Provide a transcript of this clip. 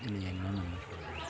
இன்னும் என்னன்ன